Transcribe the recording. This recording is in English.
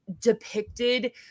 depicted